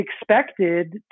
expected